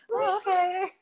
Okay